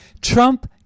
Trump